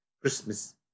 Christmas